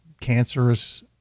cancerous